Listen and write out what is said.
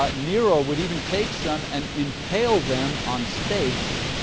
ah nero would even take some and impale them on stakes,